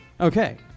Okay